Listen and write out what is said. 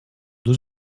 deux